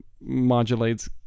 modulates